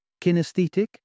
kinesthetic